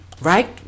right